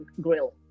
grill